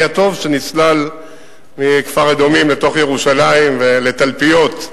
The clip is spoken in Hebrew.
הטוב" שנסלל מכפר-אדומים לתוך ירושלים ולתלפיות,